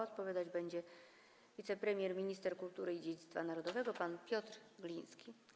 Odpowiadać będzie wicepremier, minister kultury i dziedzictwa narodowego pan Piotr Gliński.